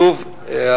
שוב,